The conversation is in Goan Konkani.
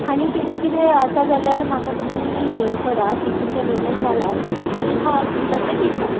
आनी कितें कितें आसा जाल्यार म्हाका तुमी मेल करात तितून तें मेलान घालात मागीर हांव तुमकां तें दिता